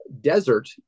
desert